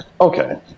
Okay